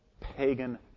pagan